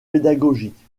pédagogique